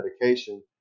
medication